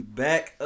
back